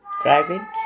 driving